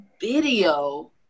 video